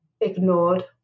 ignored